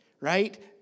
right